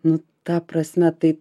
nu ta prasme tai